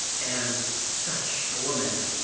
and such a woman.